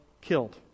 killed